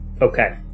Okay